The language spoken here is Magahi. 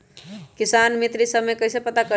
किसान मित्र ई सब मे कईसे पता करी?